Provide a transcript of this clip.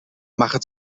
mache